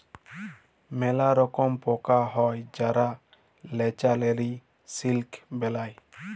ম্যালা রকম পকা হ্যয় যারা ল্যাচারেলি সিলিক বেলায়